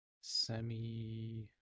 semi